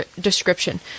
description